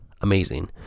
amazing